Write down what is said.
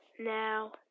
Now